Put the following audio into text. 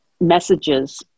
messages